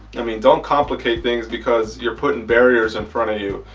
i mean don't complicate things because you're putting barriers in front of you.